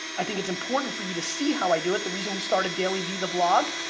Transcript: i think it's important for you to see how i do it. the reason we started dailyvee, the vlog,